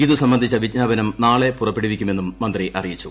ഇത് സംബന്ധിച്ച വിജ്ഞാപനം നാളെ പുറപ്പെടുവിക്കുമെന്നും മന്ത്രി അറിയിച്ചു